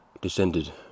descended